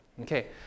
Okay